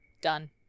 Done